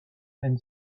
then